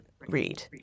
read